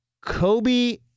Kobe